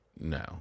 no